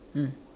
mm